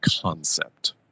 concept